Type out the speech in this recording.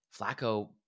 Flacco